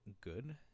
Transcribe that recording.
good